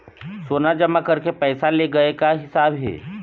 सोना जमा करके पैसा ले गए का हिसाब हे?